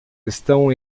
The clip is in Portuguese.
estão